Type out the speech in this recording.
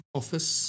office